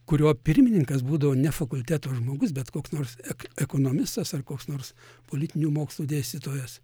kurio pirmininkas būdavo ne fakulteto žmogus bet koks nors ek ekonomistas ar koks nors politinių mokslų dėstytojas